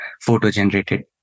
photo-generated